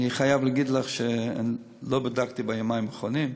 אני חייב להגיד לך שלא בדקתי ביומיים האחרונים,